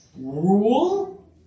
rule